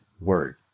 Word